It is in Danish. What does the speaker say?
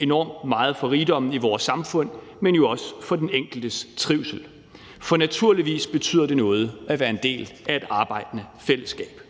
enormt meget for rigdommen i vores samfund, men jo også for den enkeltes trivsel. For naturligvis betyder det noget at være en del af et arbejdende fællesskab.